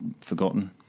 forgotten